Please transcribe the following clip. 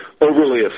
overly